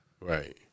Right